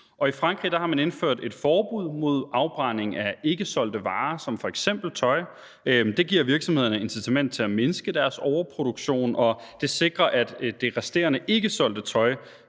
I Frankrig har man indført et forbud mod afbrænding af ikkesolgte varer som f.eks. tøj. Det giver virksomhederne et incitament til at mindske deres overproduktion, og det sikrer, at det resterende ikkesolgte tøj